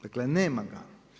Dakle nema ga.